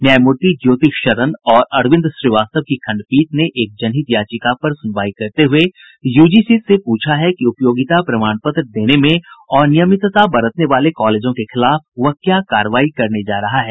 न्यायमूर्ति ज्योति शरण और अरविंद श्रीवास्तव की खंडपीठ ने एक जनहित याचिका पर सुनवाई करते हुए यूजीसी से पूछा है कि उपयोगिता प्रमाण पत्र देने में अनियमितता बरतने वाले कॉलेजों के खिलाफ वह क्या कार्रवाई करने जा रहा है